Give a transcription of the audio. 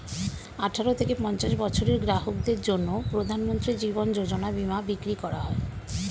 আঠারো থেকে পঞ্চাশ বছরের গ্রাহকদের জন্য প্রধানমন্ত্রী জীবন যোজনা বীমা বিক্রি করা হয়